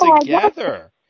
together